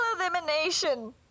elimination